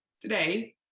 today